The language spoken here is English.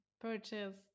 purchase